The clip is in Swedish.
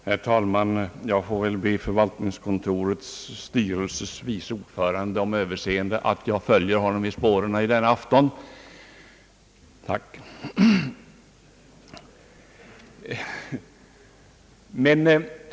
Herr talman! Jag får väl be vice ordföranden i förvaltningskontorets styrelse om överseende att jag följer honom i spåren denna afton.